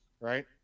right